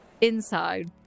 inside